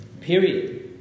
Period